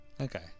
Okay